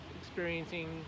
experiencing